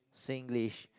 Singlish